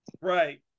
Right